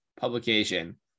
publication